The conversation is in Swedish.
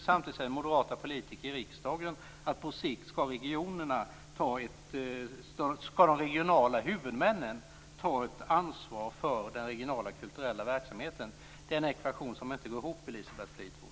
Samtidigt säger moderata politiker i riksdagen att de regionala huvudmännen på sikt skall ta ansvar för den regionala kulturella verksamheten. Det är en ekvation som inte går ihop, Elisabeth Fleetwood.